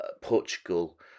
Portugal